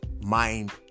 mind